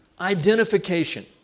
Identification